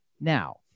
Now